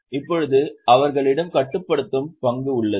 இப்போது அவர்களிடம் கட்டுப்படுத்தும் பங்கு உள்ளது